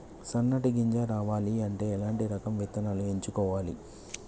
సన్నటి గింజ రావాలి అంటే ఎలాంటి రకం విత్తనాలు ఎంచుకోవాలి?